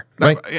right